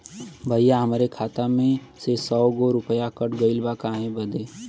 भईया हमरे खाता में से सौ गो रूपया कट गईल बा काहे बदे?